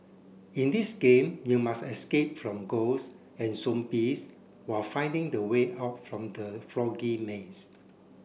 in this game you must escape from ghosts and zombies while finding the way out from the foggy maze